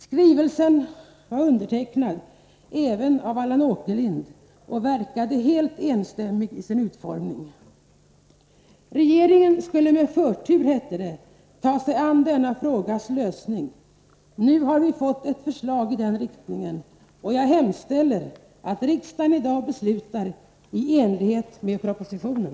Skrivelsen är undertecknad även av Allan Åkerlind, och utformningen tydde på fullständig enstämmighet. Regeringen skulle, hette det, med förtur ta sig an denna frågas lösning. Nu har vi fått ett förslag i den riktningen, och jag hemställer att riksdagen i dag beslutar i enlighet med propositionen.